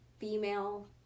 female